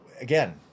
again